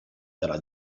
della